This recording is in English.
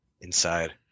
inside